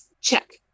check